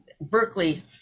Berkeley